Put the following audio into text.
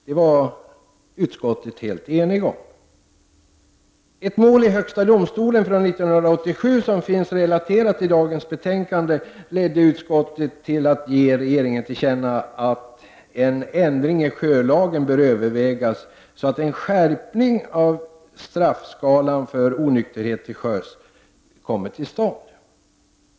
Det var utskottet helt enigt om. Ett mål i högsta domstolen 1987, som finns relaterat i dagens betänkande, föranledde utskottet att ge regeringen till känna att en ändring av sjölagen bör övervägas, så att en skärpning av straffskalan för onykterhet till sjöss kommer till stånd.